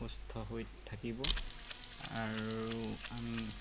সুস্থ হৈ থাকিব আৰু আন